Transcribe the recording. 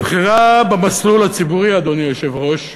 הבחירה במסלול הציבורי, אדוני היושב-ראש,